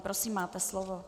Prosím, máte slovo.